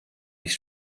dich